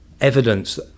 evidence